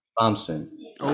Thompson